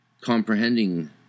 Comprehending